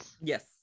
Yes